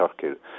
Turkey